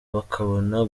bakabona